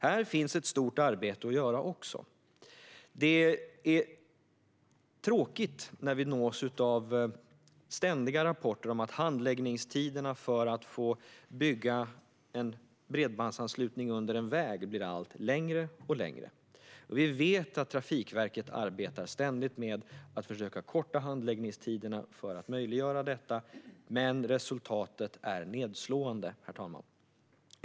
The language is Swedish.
Här finns också ett stort arbete att göra. Det är tråkigt när vi nås av ständiga rapporter om att handläggningstiderna för att få bygga en bredbandsanslutning under en väg blir allt längre och längre. Vi vet att Trafikverket ständigt arbetar med att försöka att korta handläggningstiderna för att möjliggöra detta, men resultatet är nedslående, herr talman.